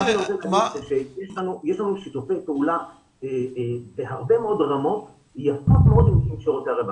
יש לנו שיתופי פעולה יפים בהרבה מאוד רמות עם שירותי הרווחה.